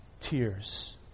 tears